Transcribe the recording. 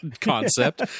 concept